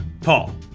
Paul